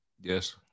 Yes